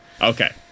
Okay